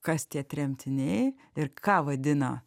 kas tie tremtiniai ir ką vadina